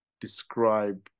describe